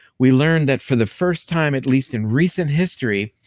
we learned that for the first time at least in recent history,